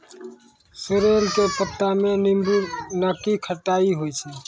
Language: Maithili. सोरेल के पत्ता मॅ नींबू नाकी खट्टाई होय छै